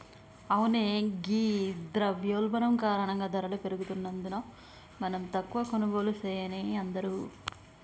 అవునే ఘీ ద్రవయోల్బణం కారణంగా ధరలు పెరుగుతున్నందున మనం తక్కువ కొనుగోళ్లు సెయాన్నే అందరూ